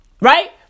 right